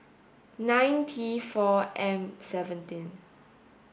nine T four M seventeen